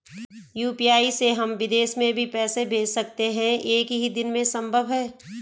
UPI से हम विदेश में भी पैसे भेज सकते हैं एक ही दिन में संभव है?